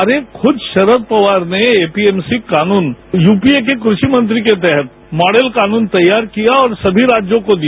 अरे खुद शरद पवार ने एपीएमसी कानून यूपीए के कृषि मंत्री के तहत मॉडल कानून तैयार किया और सभी राज्यों को दिया